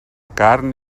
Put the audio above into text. carn